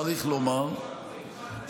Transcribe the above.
צריך לומר,